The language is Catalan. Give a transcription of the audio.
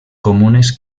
comunes